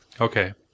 okay